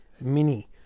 mini